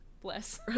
bless